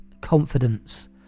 confidence